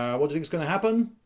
um but think is going to happen?